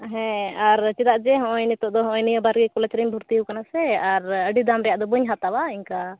ᱦᱮᱸ ᱟᱨ ᱪᱮᱫᱟᱜ ᱡᱮ ᱦᱚᱸᱜᱼᱚᱭ ᱱᱤᱛᱚᱜ ᱫᱚ ᱦᱚᱸᱜᱼᱚᱭ ᱱᱤᱭᱟᱹ ᱵᱟᱨᱜᱮ ᱠᱚᱞᱮᱡᱽ ᱨᱮᱧ ᱵᱷᱚᱨᱛᱤ ᱟᱠᱟᱱᱟ ᱥᱮ ᱟᱨ ᱟᱹᱰᱤ ᱫᱟᱢ ᱨᱮᱭᱟᱜ ᱫᱚ ᱵᱟᱹᱧ ᱦᱟᱛᱟᱣᱟ ᱤᱱᱠᱟ